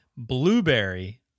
blueberry